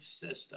system